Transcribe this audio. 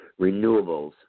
Renewables